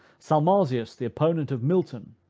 salmasius, the opponent of milton,